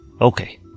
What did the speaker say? Okay